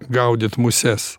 gaudyt muses